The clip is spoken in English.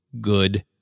good